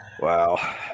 Wow